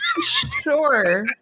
Sure